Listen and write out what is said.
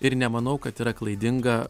ir nemanau kad yra klaidinga